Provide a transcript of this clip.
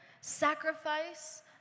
sacrifice